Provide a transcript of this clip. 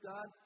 God